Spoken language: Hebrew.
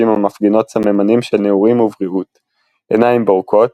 המפגינות סממנים של נעורים ובריאות – עיניים בורקות,